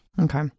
Okay